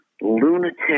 lunatic